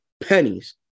pennies